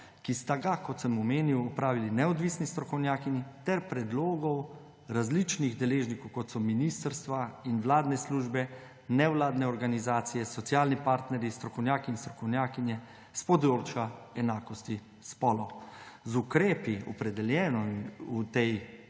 ki sta ga, kot sem omenil, opravili neodvisni strokovnjakinji, ter iz predlogov različnih deležnikov, kot so ministrstva in vladne službe, nevladne organizacije, socialni partnerji, strokovnjaki in strokovnjakinje s področja enakosti spolov. Z ukrepi, opredeljenimi v tej